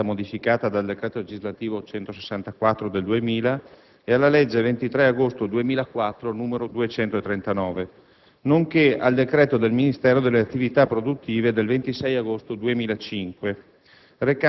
n. 170 (modificata dal decreto legislativo n. 164 del 2000) e alla legge 23 agosto 2004, n. 239, nonché al decreto del Ministro delle attività produttive 26 agosto 2005,